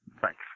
Thanks